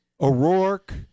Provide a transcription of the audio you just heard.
O'Rourke